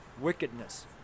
Wickedness